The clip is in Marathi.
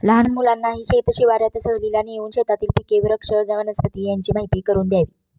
लहान मुलांनाही शेत शिवारात सहलीला नेऊन शेतातील पिके, वृक्ष, वनस्पती यांची माहीती करून द्यावी